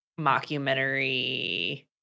mockumentary